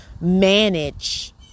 manage